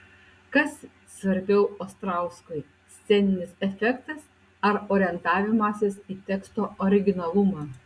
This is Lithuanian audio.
kas svarbiau ostrauskui sceninis efektas ar orientavimasis į teksto originalumą